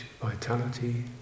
vitality